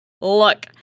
Look